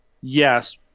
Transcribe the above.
Yes